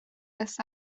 this